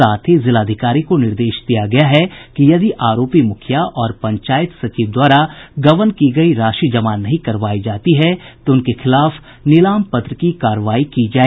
साथ ही जिलाधिकारी को निर्देश दिया गया है कि यदि आरोपी मुखिया और पंचायत सचिव द्वारा गबन की गयी राशि जमा नहीं करवायी जाती है तो उनके खिलाफ नीलाम पत्र की कार्रवाई की जाए